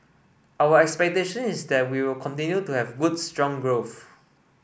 our expectation is that we will continue to have good strong growth